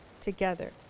together